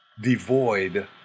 devoid